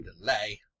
delay